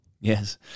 Yes